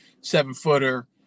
seven-footer